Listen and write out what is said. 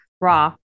raw